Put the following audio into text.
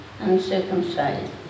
uncircumcised